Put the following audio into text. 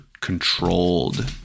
controlled